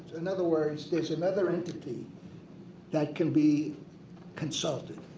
in other words, there's another entity that can be consulted.